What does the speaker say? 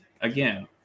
Again